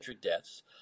deaths